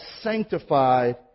sanctified